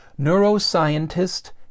neuroscientist